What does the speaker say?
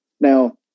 Now